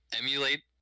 emulate